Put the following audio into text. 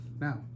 Now